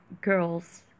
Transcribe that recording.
girls